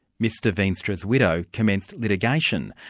mr veenstra's widow commenced litigation,